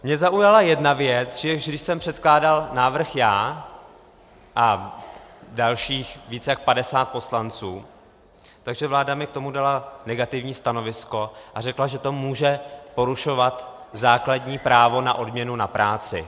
Mě zaujala jedna věc, že když jsem předkládal návrh já a dalších více jak 50 poslanců, tak že vláda mi k tomu dala negativní stanovisko a řekla, že to může porušovat základní právo na odměnu za práci.